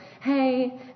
hey